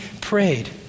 prayed